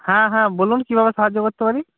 হ্যাঁ হ্যাঁ বলুন কীভাবে সাহায্য করতে পারি